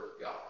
God